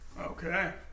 Okay